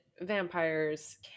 vampires